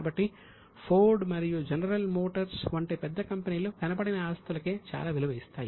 కాబట్టి ఫోర్డ్ మరియు General Motors వంటి పెద్ద కంపెనీలు కనపడని ఆస్తులకే చాలా విలువ ఇస్తాయి